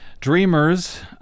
Dreamers